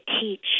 teach